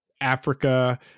Africa